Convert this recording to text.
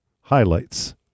highlights